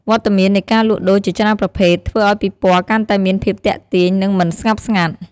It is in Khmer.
វត្តមាននៃការលក់ដូរជាច្រើនប្រភេទ ធ្វើឱ្យពិព័រណ៍កាន់តែមានភាពទាក់ទាញ និងមិនស្ងប់ស្ងាត់។